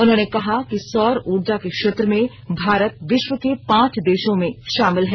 उन्होंने कहा कि सौर ऊर्जा के क्षेत्र में भारत विश्व के पांच देशों में शामिल है